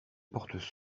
portes